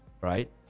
right